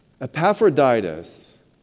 Epaphroditus